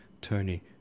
Tony